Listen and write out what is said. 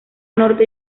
norte